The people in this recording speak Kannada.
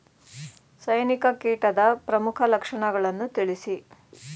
ಸೈನಿಕ ಕೀಟದ ಪ್ರಮುಖ ಲಕ್ಷಣಗಳನ್ನು ತಿಳಿಸಿ?